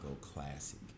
classic